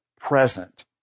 present